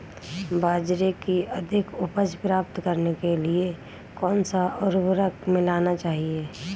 बाजरे की अधिक उपज प्राप्त करने के लिए कौनसा उर्वरक मिलाना चाहिए?